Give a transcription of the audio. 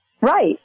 Right